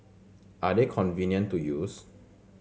are they convenient to use